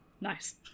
Nice